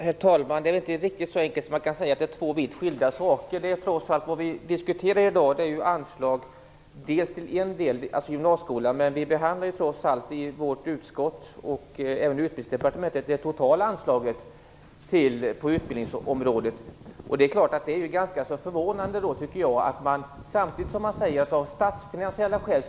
Herr talman! Det är inte riktigt så enkelt att man kan säga att det handlar om två vitt skilda saker. Det som vi diskuterar i dag gäller anslag till en del av gymnasieskolan. Men vårt utskott och även Utbildningsdepartementet behandlar trots allt det totala anslaget på utbildningsområdet. Jag har förståelse för att man säger att besparingar måste göras av statsfinansiella skäl.